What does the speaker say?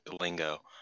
lingo